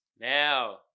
Now